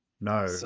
No